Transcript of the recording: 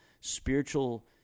spiritual